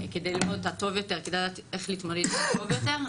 כדי ללמוד אותה טוב יותר וכדי לדעת איך להתמודד איתה טוב יותר.